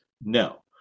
no